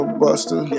buster